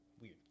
weird